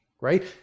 Right